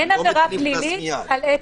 לא נותנים קנס מייד.